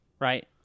Right